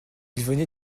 venait